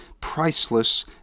priceless